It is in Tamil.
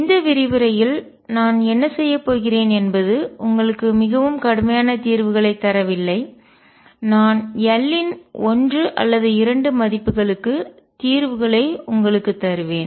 இந்த விரிவுரையில் நான் என்ன செய்யப் போகிறேன் என்பது உங்களுக்கு மிகவும் கடுமையான தீர்வுகளைத் தரவில்லை நான் l இன் ஒன்று அல்லது இரண்டு மதிப்புகளுக்கு தீர்வுகளைத் உங்களுக்கு தருவேன்